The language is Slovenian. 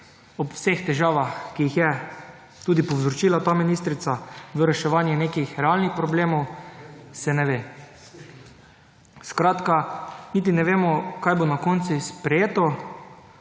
ob vseh težavah, ki jih je tudi povzročila ta ministrica, v reševanje nekih realnih problemov, se ne ve. Skratka niti ne vemo, kaj bo na koncu sprejeto,